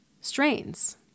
strains